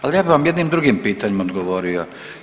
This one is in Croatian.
Ali ja bi vam jednim drugim pitanjem odgovorio.